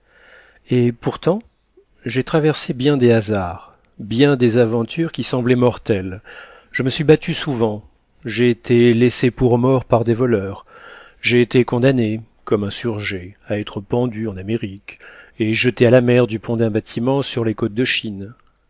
et pourtant j'ai traversé bien des hasards bien des aventures qui semblaient mortelles je me suis battu souvent j'ai été laissé pour mort par des voleurs j'ai été condamné comme insurgé à être pendu en amérique et jeté à la mer du pont d'un bâtiment sur les côtes de chine